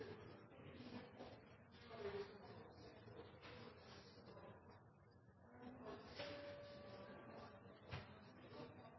har lyst til